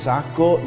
Sacco